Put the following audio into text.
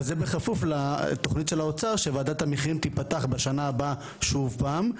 אבל זה בכפוף לתוכנית של האוצר שוועדת המחירים תיפתח בשנה הבאה שוב פעם,